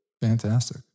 Fantastic